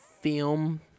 Film